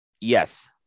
Yes